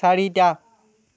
চাৰিটা